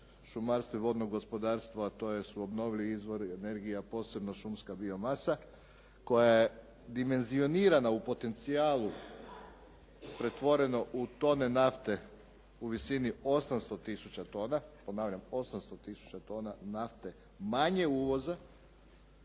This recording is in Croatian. šumarstvo i vodno gospodarstvo a to su obnovljivi izvori energije a posebno šumska biomasa koja je dimenzionirana u potencijalu pretvoreno u tone nafte u visini 800 tisuća tona, ponavljam 800 tisuća tona nafte manje uvoza,